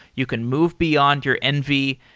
you can move beyond your envy.